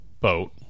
boat